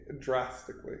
drastically